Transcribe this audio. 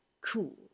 cool